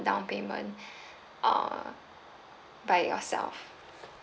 down payment uh by yourself